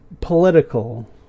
political